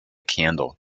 candle